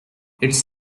its